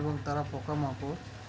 এবং তারা পোকা মাকর